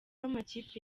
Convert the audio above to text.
amakipe